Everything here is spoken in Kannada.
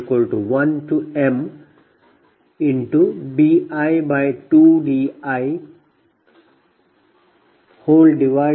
ಇದುPgii1mλ bi2diPL ಅಂದರೆ ಸಮೀಕರಣ 45